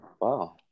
Wow